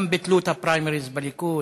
גם ביטלו את הפריימריז בליכוד,